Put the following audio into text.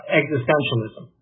existentialism